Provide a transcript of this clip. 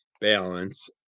balance